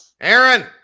Aaron